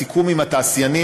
הסיכום עם התעשיינים.